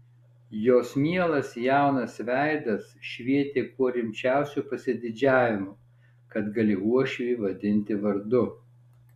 jos mielas jaunas veidas švietė kuo rimčiausiu pasididžiavimu kad gali uošvį vadinti vardu